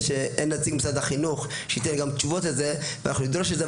שאין נציג ממשרד החינוך שייתן גם תשובות לזה ואנחנו נדרוש את זה,